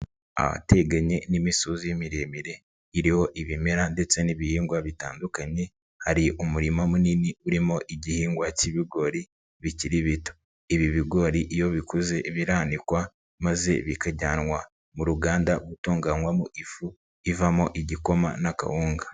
Ahateganye n'imisozi miremire iriho ibimera ndetse n'ibihingwa bitandukanye hari umurima munini urimo igihingwa cy'ibigori bikiri bito, ibi bigori iyo bikuze biranikwa maze bikajyanwa mu ruganda gutunganywamo ifu ivamo igikoma n'akawunga.